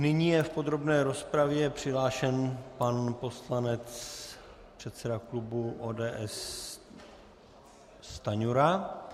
Nyní je v podrobné rozpravě přihlášen pan poslanec a předseda klubu ODS Stanjura.